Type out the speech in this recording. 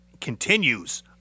continues